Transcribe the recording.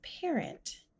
parent